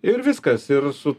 ir viskas ir su